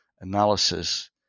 analysis